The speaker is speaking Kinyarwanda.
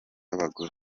abagore